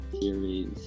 series